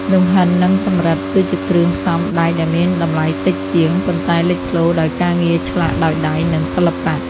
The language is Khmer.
លង្ហិន និងសំរិទ្ធ គឺជាគ្រឿងផ្សំដែកដែលមានតម្លៃតិចជាង ប៉ុន្តែលេចធ្លោដោយការងារឆ្លាក់ដោយដៃ និងសិល្បៈ។